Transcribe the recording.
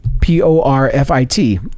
P-O-R-F-I-T